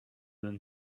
than